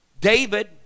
David